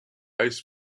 ice